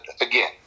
again